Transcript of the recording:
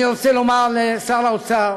אני רוצה לומר לשר האוצר,